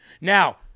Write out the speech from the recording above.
Now